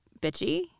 bitchy